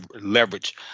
leverage